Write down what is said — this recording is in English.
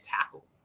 tackle